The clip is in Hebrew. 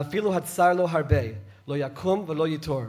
ואפילו הצר לו הרבה, לא ייקום ולא ייטור.